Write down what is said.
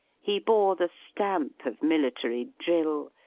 he bore the stamp of military drill,